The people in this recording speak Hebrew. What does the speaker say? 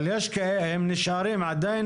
אבל הם נשארים, עדיין